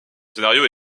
scénario